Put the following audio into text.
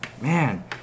man